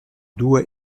due